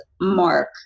Mark